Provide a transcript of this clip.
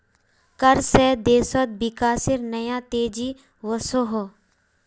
कर से देशोत विकासेर नया तेज़ी वोसोहो